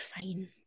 fine